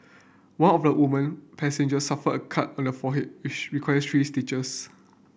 one of the woman passengers suffered a cut on her forehead which required three stitches